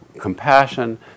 compassion